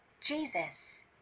Jesus